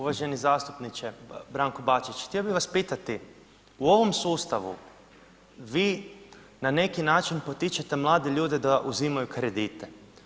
Uvaženi zastupniče Branko Bačić, htio bih vas pitati, u ovom sustavu vi na neki način potičete mlade ljude da uzimaju kredite.